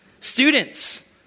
Students